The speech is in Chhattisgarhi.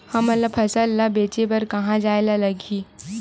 हमन ला फसल ला बेचे बर कहां जाये ला लगही?